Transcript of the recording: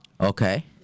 Okay